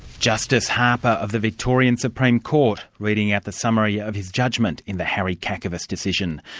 justice harper of the victorian supreme court, reading out the summary of his judgment in the harry kakavas decision.